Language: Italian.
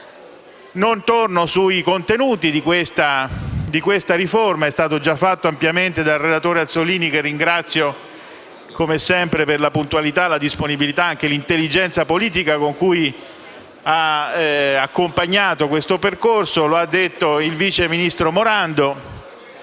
Non torno sui contenuti di questa riforma; è già stato fatto ampiamente dal relatore Azzollini, che ringrazio, come sempre, per la puntualità, la disponibilità e l'intelligenza politica con cui ha accompagnato questo percorso; l'hanno detto il vice ministro Morando